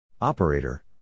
operator